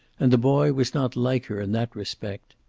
and the boy was not like her in that respect.